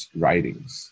writings